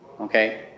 okay